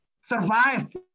survived